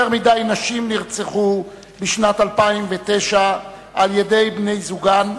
יותר מדי נשים נרצחו בשנת 2009 על-ידי בני-זוגן,